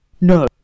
No